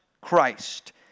Christ